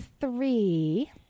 three